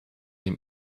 dem